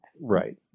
Right